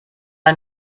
ein